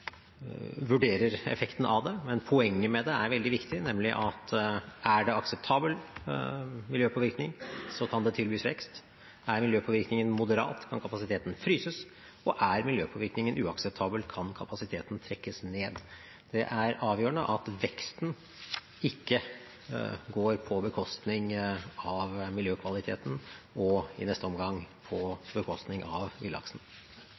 vurderer effekten av det. Men poenget med det er veldig viktig, nemlig at er det akseptabel miljøpåvirkning, kan det tilbys vekst. Er miljøpåvirkningen moderat, kan kapasiteten fryses. Og er miljøpåvirkningen uakseptabel, kan kapasiteten trekkes ned. Det er avgjørende at veksten ikke går på bekostning av miljøkvaliteten og i neste omgang på bekostning av villaksen.